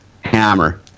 hammer